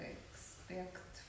expect